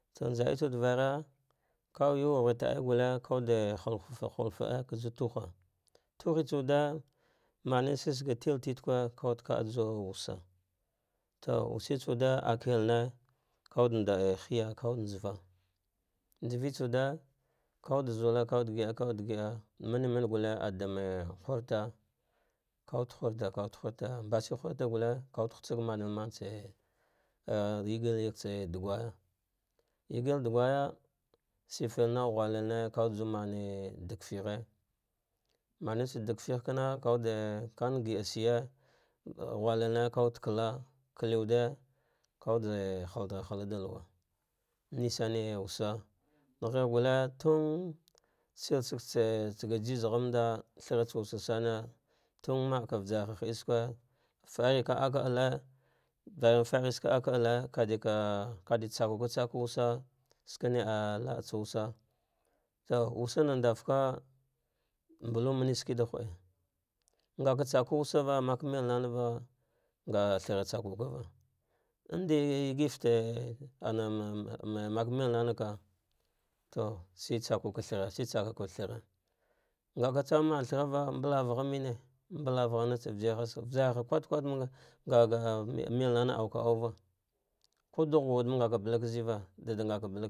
Isa ngha etsawude vara ka yuhu taawe guke kawude hal huwul, hul fada kajuwa da tuha tude tsa wude, mane ske skan ga tellitique ka wuda kajuwa wusa to wuse tsa wude avelne kawude ndede hiya kawude ghava nvesta wude kawude zullah, kawidee gida gida mane mane gulle adame hunta suller kawudi hutsa mehemantse ah yegel yagtseme tsa dugwaya yegel dufahje. amne tsa wude da feghe kama kawude van gida shiye ghuliliny kawude kala kaliwude ka kawude hal kawude kala kaliwude ka vawude hatdagharhala da luwa nisane wusa, ghe ghe gulle tunshine tse jiji ghanɗa tsa wusa same tun maka vasarha he esque farika akule bayan faritsa akale, kadika kadika kaditsakava tsa wusa skene ah latsa wusa to wusana dau ka mbulumana shiki da hudu ngaka tsakan wusa va maka melnava nga thara tsakukava indi yegifete maka melmane ka to shitsakuka thara shi tsakukathara ngaka tsong man thara va mbalav gha mun mbalav ah nats a virjir hazte vijarha kuta kute nga ga melnana auka auva ku dughaga wudemma ngaka bale ka zava.